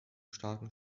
starken